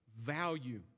value